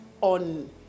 on